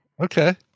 okay